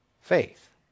faith